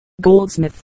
Goldsmith